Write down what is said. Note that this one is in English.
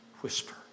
whisper